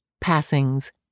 Passings